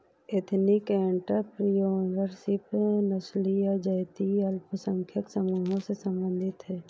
ethnic entrepreneurship नस्लीय या जातीय अल्पसंख्यक समूहों से संबंधित हैं